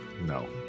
No